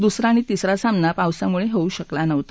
दुसरा आणि तिसरा सामना पावसामुळे होऊ शकला नव्हता